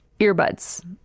earbuds